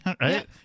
right